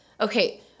okay